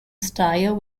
style